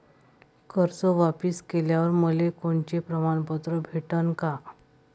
कर्ज वापिस केल्यावर मले कोनचे प्रमाणपत्र भेटन का?